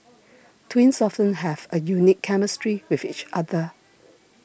twins often have a unique chemistry with each other